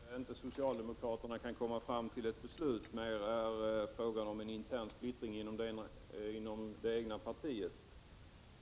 Prot. 1987/88:31 Fru talman! Att socialdemokraterna inte kan komma fram till ett beslut är 25 november 1987 mer en fråga omen intern splittring idet egna partiet.